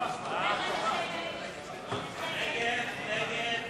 להסיר מסדר-היום